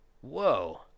Whoa